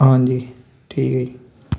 ਹਾਂਜੀ ਠੀਕ ਹੈ ਜੀ